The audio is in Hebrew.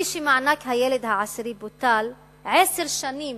מענק הילד העשירי בוטל עשר שנים